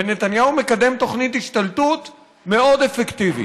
ונתניהו מקדם תוכנית השתלטות מאוד אפקטיבית.